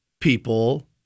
people